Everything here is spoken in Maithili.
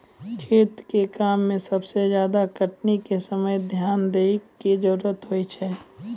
खेती के काम में सबसे ज्यादा कटनी के समय ध्यान दैय कॅ जरूरत होय छै